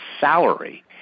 salary